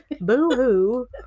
boo-hoo